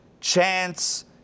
chance